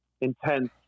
intense